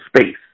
space